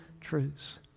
truths